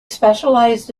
specialised